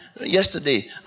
yesterday